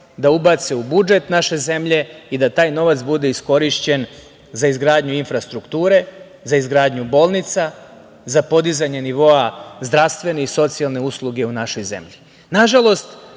da ubace u budžet naše zemlje i da taj novac bude iskorišćen za izgradnju infrastrukture, za izgradnju bolnica, za podizanje nivoa zdravstvene i socijalne usluge u našoj